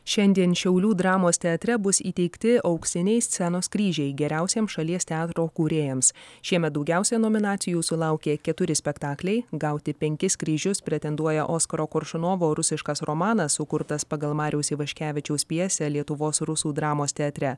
šiandien šiaulių dramos teatre bus įteikti auksiniai scenos kryžiai geriausiem šalies teatro kūrėjams šiemet daugiausia nominacijų sulaukė keturi spektakliai gauti penkis kryžius pretenduoja oskaro koršunovo rusiškas romanas sukurtas pagal mariaus ivaškevičiaus pjesę lietuvos rusų dramos teatre